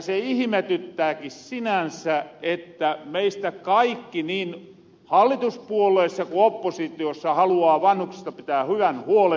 se ihimetyttääki sinänsä että meistä kaikki niin hallituspuolueissa ku oppositiossa haluaa vanhuksista pitää hyvän huolen